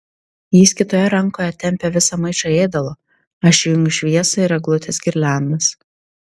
jis kitoje rankoje tempia visą maišą ėdalo aš įjungiu šviesą ir eglutės girliandas